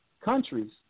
countries